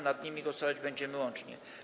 Nad nimi głosować będziemy łącznie.